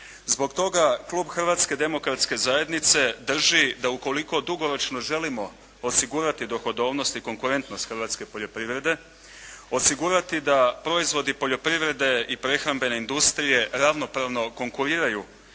Zbog toga klub Hrvatske demokratske zajednice drži da ukoliko dugoročno želimo osigurati dohodovnost i konkurentnost hrvatske poljoprivrede, osigurati da proizvodi poljoprivredne i prehrambene industrije ravnopravno konkuriraju